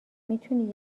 میتونی